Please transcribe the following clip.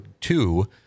two